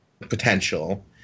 potential